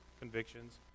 convictions